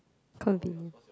codeine